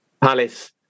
Palace